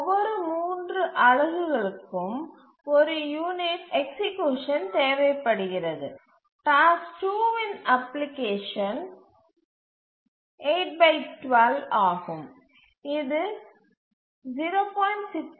ஒவ்வொரு 3 அலகுகளுக்கும் 1 யூனிட் மரணதண்டனை தேவைப்படுகிறது டாஸ்க் 2 இன் அப்ளிகேஷன் 812 ஆகும் இது 0